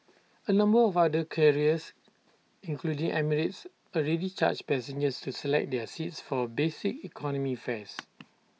A number of other carriers including emirates already charge passengers to select their seats for basic economy fares